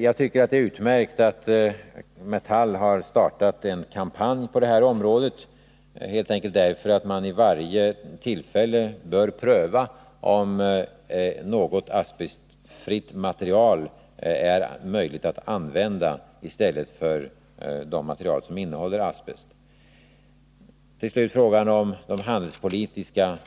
Jag tycker det är utmärkt att Metall har startat en kampanj på det här området, helt enkelt därför att man vid varje tillfälle bör pröva om något asbestfritt material är möjligt att använda i stället för det material som innehåller asbest. Till slut frågan om de handelspolitiska